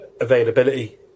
availability